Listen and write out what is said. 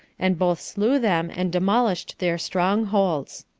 and both slew them, and demolished their strong holds.